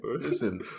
Listen